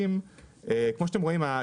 כמו שאתם רואים,